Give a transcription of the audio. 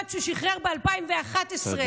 ויש אחד ששחרר ב-2011.